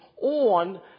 on